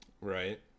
Right